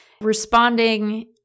responding